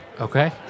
Okay